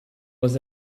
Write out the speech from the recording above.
was